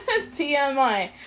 TMI